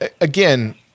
again